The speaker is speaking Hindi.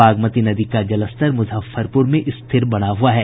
बागमती नदी का जलस्तर मूजफ्फरपूर में स्थिर बना हुआ है